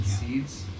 Seeds